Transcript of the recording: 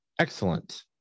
excellent